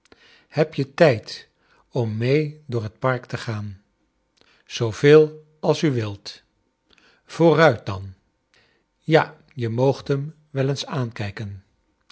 heb je tijd om mee door het park te gaant zoo veel als u vilt vooruit dan ja je rnoogt hem wel eens aankijken